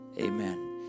Amen